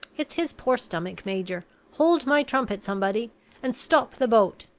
it's his poor stomach, major. hold my trumpet, somebody and stop the boat.